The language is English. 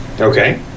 Okay